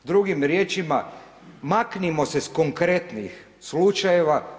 Drugim riječima maknimo se sa konkretnih slučajeva.